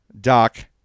Doc